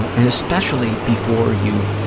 and especially before you,